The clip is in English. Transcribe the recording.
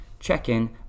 check-in